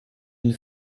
une